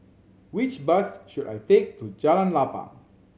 which bus should I take to Jalan Lapang